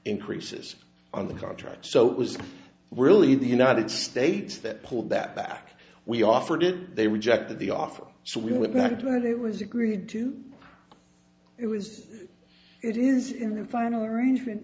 increases on the contract so it was really the united states that pulled that back we offered it they rejected the offer so we went back to where they was agreed to it was it is in the final arrangement